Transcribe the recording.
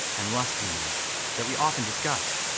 and lust demons that we often discuss.